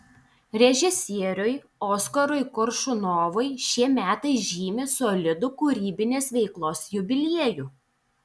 režisieriui oskarui koršunovui šie metai žymi solidų kūrybinės veiklos jubiliejų